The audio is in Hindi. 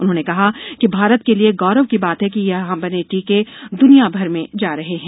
उन्होंने कहा कि भारत के लिए गौरव की बात है कि यहां बने टीके द्निया भर में जा रहे हैं